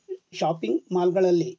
shopping ಮಾಲ್ಗಳಲ್ಲಿ